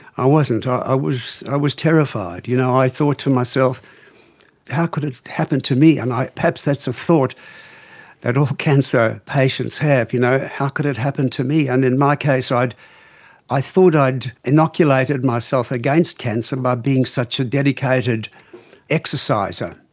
i wasn't, ah i was i was terrified. you know i thought to myself how could it happen to me. and perhaps that's a thought that all cancer patients have you know how could it happen to me? and in my case i thought i'd inoculated myself against cancer by being such a dedicated exerciser.